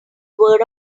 word